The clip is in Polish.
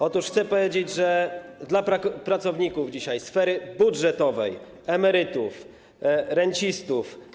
Otóż chcę powiedzieć, że dla pracowników sfery budżetowej, emerytów, rencistów.